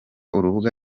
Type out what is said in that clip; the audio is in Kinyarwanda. urubuga